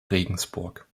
regensburg